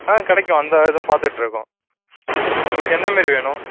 ஆ கிடைக்கும் அந்த இதுவும் பார்த்துட்ருக்கோம் உங்களுக்கு எந்தமாரி வேணும்